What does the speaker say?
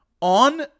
On